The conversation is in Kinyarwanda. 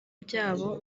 byabo